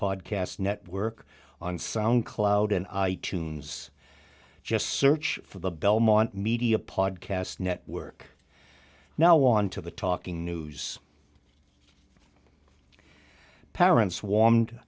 podcast network on sound cloud and i tunes just search for the belmont media podcast network now on to the talking news parents warmed